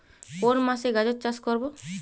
কোন মাসে গাজর চাষ করব?